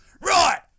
Right